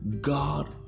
God